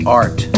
art